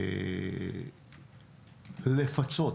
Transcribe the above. לפצות